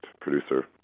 producer